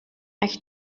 هست